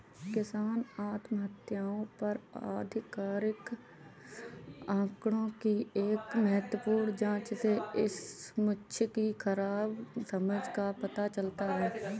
किसान आत्महत्याओं पर आधिकारिक आंकड़ों की एक महत्वपूर्ण जांच से इस मुद्दे की खराब समझ का पता चलता है